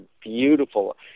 beautiful